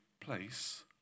place